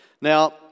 Now